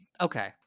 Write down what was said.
Okay